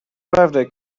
birthday